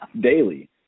daily